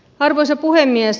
arvoisa puhemies